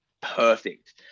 perfect